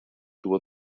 tuvo